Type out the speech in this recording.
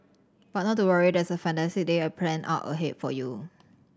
but not to worry there's a fantastic day a planned out ahead for you